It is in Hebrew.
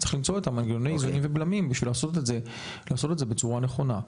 צריך למצוא את מנגנוני האיזונים ובלמים בשביל לעשות את זה בצורה נכונה.